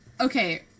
Okay